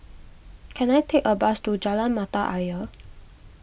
can I take a bus to Jalan Mata Ayer